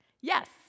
Yes